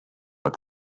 but